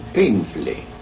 painfully,